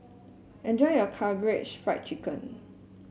enjoy your Karaage Fried Chicken